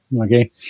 okay